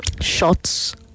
Shots